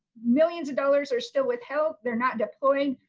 millions of dollars are still withheld. they're not deployed.